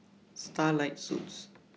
Starlight Suites